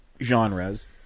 genres